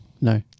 No